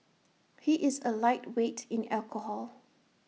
he is A lightweight in alcohol